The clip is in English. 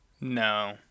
no